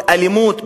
אלימות,